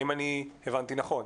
האם אני הבנתי נכון?